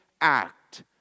act